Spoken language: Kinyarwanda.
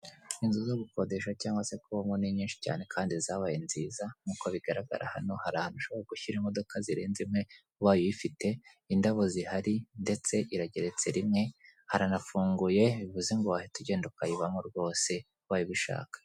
Inzu zo gukodesha cyangwa se kubamo ni nyinshi cyane kandi zabaye nziza nk'uko bigaragara hano hari ahantu ushobora gushyira imodoka zirenze imwe ubaye uyifite, indabo zihari ndetse irageretse rimwe, haranafunguye bivuze ngo wahita utugenda ukayibamo rwose ubaye ubishaka.